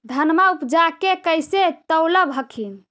धनमा उपजाके कैसे तौलब हखिन?